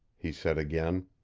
he said again.